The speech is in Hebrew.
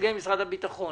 נציגי משרד הביטחון